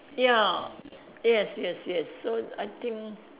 ya yes yes yes so I think